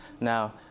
Now